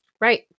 Right